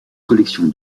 collection